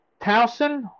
Towson